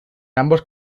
ambos